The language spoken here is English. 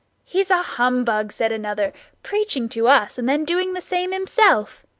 he's a humbug, said another preaching to us and then doing the same himself.